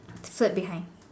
flip behind